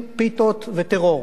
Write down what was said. פיתות וטרור,